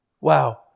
Wow